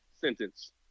sentence